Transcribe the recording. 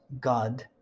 God